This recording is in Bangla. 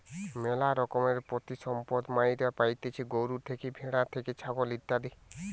ম্যালা রকমের প্রাণিসম্পদ মাইরা পাইতেছি গরু থেকে, ভ্যাড়া থেকে, ছাগল ইত্যাদি